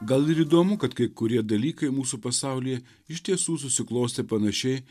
gal ir įdomu kad kai kurie dalykai mūsų pasaulyje iš tiesų susiklostė panašiai